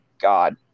God